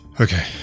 Okay